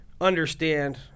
understand